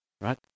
right